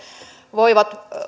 voivat